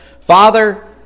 Father